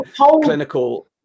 clinical